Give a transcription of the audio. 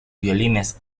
violines